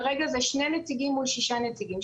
כרגע זה שני נציגים מול שישה נציגים.